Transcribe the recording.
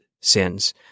sins